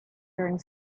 during